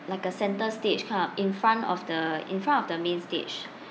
like a center stage kind of in front of the in front of the main stage